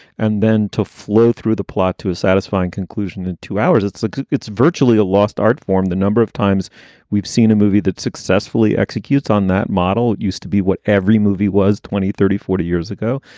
and then to flow through the plot to a satisfying conclusion in two hours. it's a it's virtually a lost art form. the number of times we've seen a movie that successfully executes on that model used to be what every movie was twenty, thirty, forty years ago.